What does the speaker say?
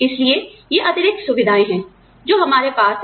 इसलिए ये अतिरिक्त सुविधाएँ हैं जो हमारे पास हैं